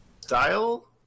style